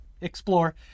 explore